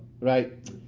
Right